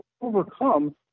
overcome